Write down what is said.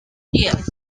días